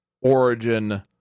Origin